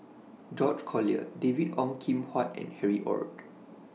George Collyer David Ong Kim Huat and Harry ORD